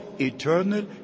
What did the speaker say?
eternal